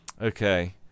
Okay